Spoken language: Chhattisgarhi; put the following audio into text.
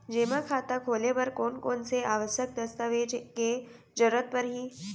जेमा खाता खोले बर कोन कोन से आवश्यक दस्तावेज के जरूरत परही?